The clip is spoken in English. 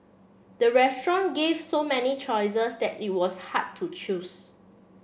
the restaurant gave so many choices that it was hard to choose